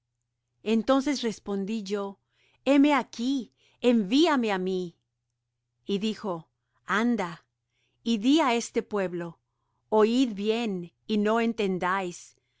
entonces respondí yo heme aquí envíame á mí y dijo anda y di á este pueblo oid bien y no entendáis